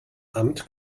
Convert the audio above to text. amt